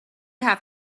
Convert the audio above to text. have